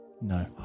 No